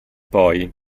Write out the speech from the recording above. poi